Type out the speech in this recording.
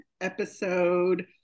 episode